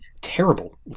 terrible